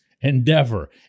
endeavor